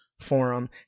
forum